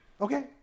Okay